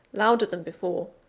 louder than before.